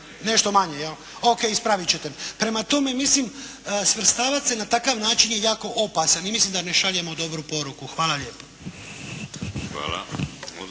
Nešto manje, jel'? OK, ispraviti ćete me. Prema tome, mislim, svrstavati se na takav način je jako opasan i mislim da ne šaljemo dobru poruku. Hvala lijepo.